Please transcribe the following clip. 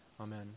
Amen